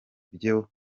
byobo